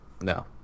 no